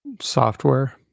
Software